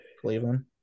Cleveland